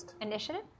Initiative